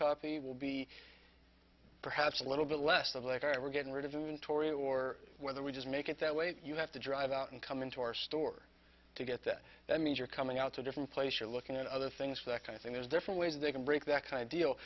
copy will be perhaps a little bit less of later and we're getting rid of it when torii or whether we just make it that way you have to drive out and come into our store to get that that means you're coming out to different place you're looking at other things that kind of thing there's different ways they can break that kind of deal